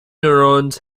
neurons